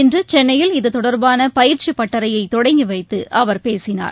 இன்று சென்னையில் இத்தொடர்பான பயிற்சி பட்டறையை தொடங்கி வைத்து அவர் பேசினார்